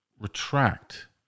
retract